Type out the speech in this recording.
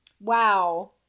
Wow